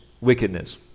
wickedness